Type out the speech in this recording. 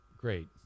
great